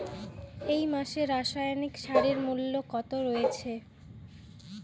এই মাসে রাসায়নিক সারের মূল্য কত রয়েছে?